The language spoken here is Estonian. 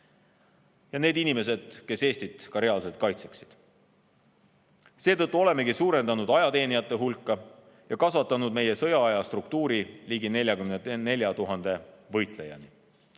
puuduksid inimesed, kes Eestit ka reaalselt kaitseksid. Seetõttu olemegi suurendanud ajateenijate hulka ja kasvatanud meie sõjaaja struktuuri ligi 44 000 võitlejani,